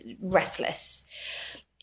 restless